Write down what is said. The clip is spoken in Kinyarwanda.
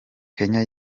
kenya